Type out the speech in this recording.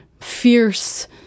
fierce